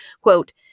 quote